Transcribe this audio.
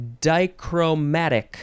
dichromatic